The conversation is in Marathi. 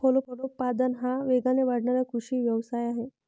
फलोत्पादन हा वेगाने वाढणारा कृषी व्यवसाय आहे